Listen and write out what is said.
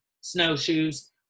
snowshoes